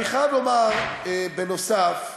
אני חייב לדבר, בנוסף,